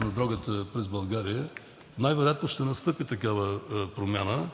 на дрогата през България – най-вероятно ще настъпи такава промяна,